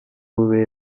way